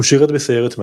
הוא שירת בסיירת מטכ"ל,